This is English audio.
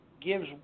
gives –